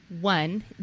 One